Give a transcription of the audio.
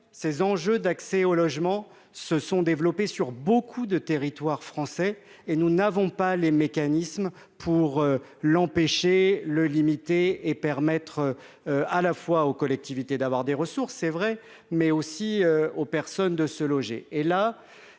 ces enjeux d'accès au logement se sont développées sur beaucoup de territoire français et nous n'avons pas les mécanismes pour l'empêcher le limiter et permettre à la fois aux collectivités d'avoir des ressources, c'est vrai, mais aussi aux personnes de se loger,